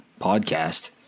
podcast